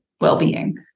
well-being